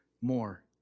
more